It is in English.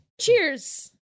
Cheers